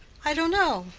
i don't know.